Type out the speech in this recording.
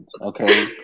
Okay